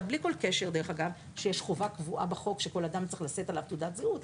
בלי כל קשר שיש חובה קבועה שכל אדם צריך לשאת עליו תעודת זהות.